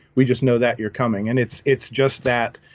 we just know that you're coming and it's it's just that